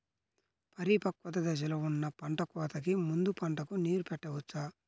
పరిపక్వత దశలో ఉన్న పంట కోతకు ముందు పంటకు నీరు పెట్టవచ్చా?